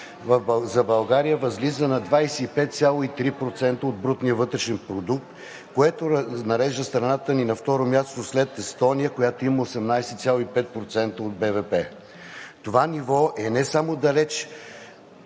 за България възлиза на 25,3% от брутния вътрешен продукт, което нарежда страната ни на второ място след Естония, която има 18,5% от БВП. Това ниво е не само далеч